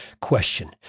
question